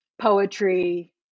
poetry